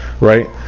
right